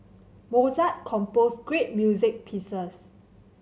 Mozart composed great music pieces